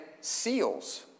seals